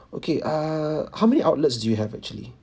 okay err how many outlets do have actually